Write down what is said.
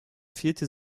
vierte